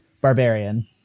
barbarian